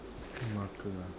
marker